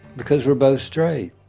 because we're both straight